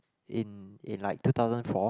in in like two thousand four